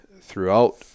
throughout